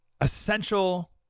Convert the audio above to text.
essential